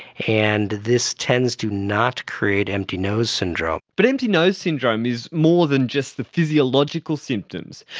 and this tends to not create empty nose syndrome. but empty nose syndrome is more than just the physiological symptoms,